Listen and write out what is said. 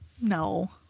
no